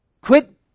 Quit